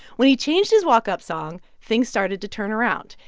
when he changed his walkup song, things started to turn around.